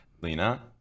Lena